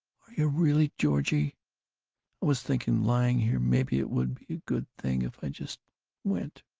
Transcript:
you really? george, i was thinking, lying here, maybe it would be a good thing if i just went.